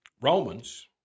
Romans